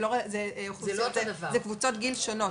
זה קבוצות גיל שונות,